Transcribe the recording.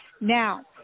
Now